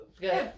good